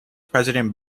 president